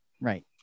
Right